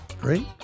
Great